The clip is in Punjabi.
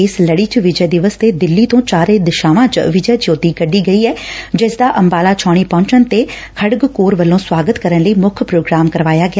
ਇਸ ਲੜੀ ਚ ਵਿਜੈ ਦਿਵਸ ਤੇ ਦਿੱਲੀ ਤੋ ਚਾਰੇ ਦਿਸ਼ਾਵਾਂ ਚ ਵਿਜੈ ਜਯੋਤੀ ਕੱਢੀ ਗਈ ਐ ਜਿਸ ਦਾ ਅੰਬਾਲਾ ਛਾਉਣੀ ਪਹੁੰਚਣ ਤੇ ਖੜਗ ਕੋਰ ਵੱਲੋ ਸਵਾਗਤ ਲਈ ਮੁੱਖ ਪ੍ਰੋਗਰਾਮ ਕਰਾਇਆ ਗਿਆ